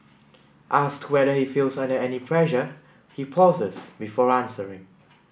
asked whether he feels under any pressure he pauses before answering